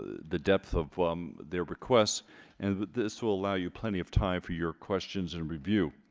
the depth of their requests and that this will allow you plenty of time for your questions and review